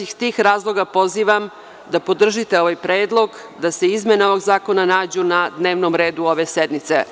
Iz tih razloga vas pozivam da podržite ovaj predlog da se izmene ovog zakona nađu na dnevnom redu ove sednice.